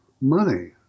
money